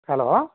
hello